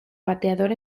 bateador